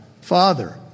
Father